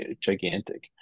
gigantic